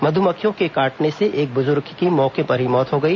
मधुमक्खियों के कांटने से एक बुजुर्ग की मौके पर मौत हो गई